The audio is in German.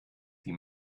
die